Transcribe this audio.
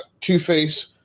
Two-Face